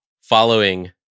following